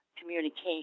communication